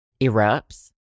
erupts